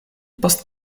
post